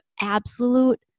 absolute